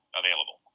available